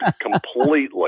completely